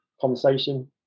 conversation